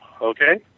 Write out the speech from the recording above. Okay